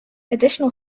additional